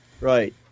Right